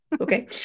Okay